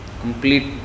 Complete